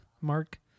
Mark